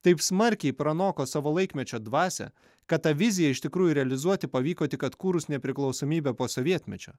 taip smarkiai pranoko savo laikmečio dvasią kad ta vizija iš tikrųjų realizuoti pavyko tik atkūrus nepriklausomybę po sovietmečio